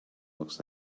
looks